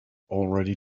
already